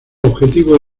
objetivo